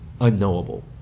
unknowable